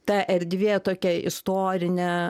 ta erdvė tokia istorinė